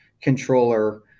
controller